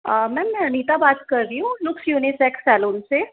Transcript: ma'am मैं अनीता बात कर रही हूँ लुक्स यूनिसेक्स सैलून से